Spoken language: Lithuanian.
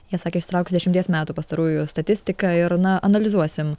jie sakė išsitrauks dešimties metų pastarųjų statistiką ir na analizuosim